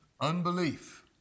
unbelief